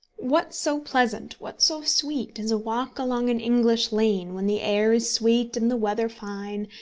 what so pleasant, what so sweet, as a walk along an english lane, when the air is sweet and the weather fine,